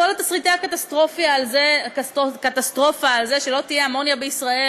כל תסריטי הקטסטרופה על זה שלא תהיה אמוניה בישראל